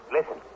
Listen